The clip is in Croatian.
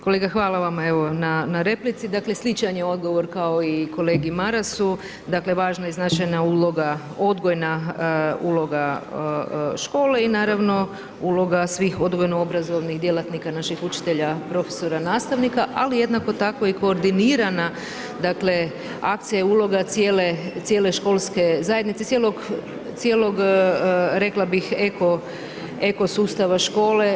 Kolega hvala vama evo na replici, dakle sličan je odgovor kao i kolegi Marasu, dakle važna i značajna uloga, odgojna uloga škole i naravno uloga svih odgojno obrazovnih djelatnika naših učitelja, profesora, nastavnika, ali jednako tako i koordinirana dakle akcija i uloga cijele, cijele školske zajednice, cijelog rekla bih eko, eko sustava škole.